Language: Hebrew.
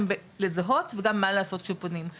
מצוטט מאמר של פרופסור הראל פיש שגם הוזמן פה לוועדה,